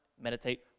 Meditate